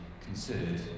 considered